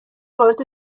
وارد